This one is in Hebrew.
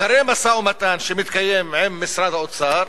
אחרי משא-ומתן שמתקיים עם משרד האוצר,